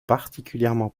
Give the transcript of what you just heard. particulièrement